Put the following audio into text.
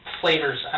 flavors